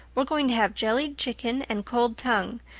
we're going to have jellied chicken and cold tongue.